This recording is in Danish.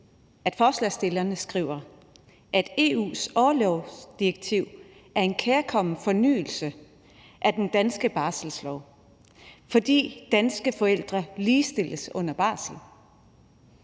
forslagsstillerne skriver, at »EU's orlovsdirektiv er en kærkommen fornyelse af den danske barselslov«, fordi danske forældre ligestilles under barslen.